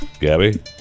Gabby